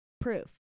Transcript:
proof